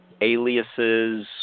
aliases